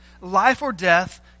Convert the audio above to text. life-or-death